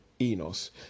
Enos